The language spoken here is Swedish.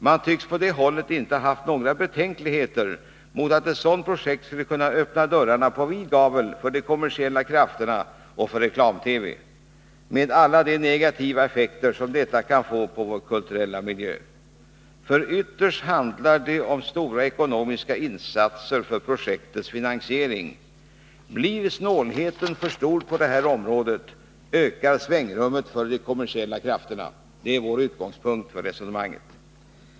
Man tycks på det hållet inte ha haft några betänkligheter mot att ett sådant projekt skulle kunna öppna dörrarna på vid gavel för de kommersiella krafterna och för reklam-TV med alla de negativa effekter som detta kan få på vår kulturella miljö. För ytterst handlar det om stora ekonomiska insatser för projektets finansiering. Blir snålheten för stor på detta område ökar svängrummet för de kommersiella krafterna. Det är vår utgångspunkt för resonemanget.